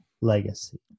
legacy